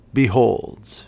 beholds